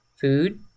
food